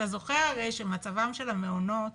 אתה זוכר הרי שמצבם של המעונות